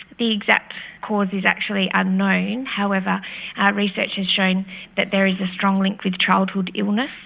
the exact cause is actually unknown, however our research has shown that there is a strong link with childhood illness.